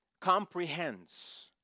comprehends